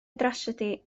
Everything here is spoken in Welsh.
drasiedi